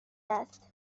است